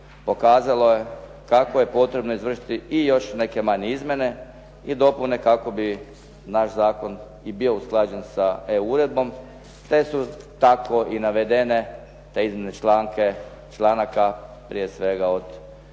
pokazalo je kako je potrebno izvršiti i još neke manje izmjene i dopune kako bi naš zakon i bio usklađen sa EU uredbom te su tako i navedene te izmjene članaka prije svega od,